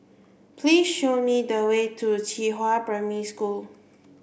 please show me the way to Qihua Primary School